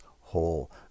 whole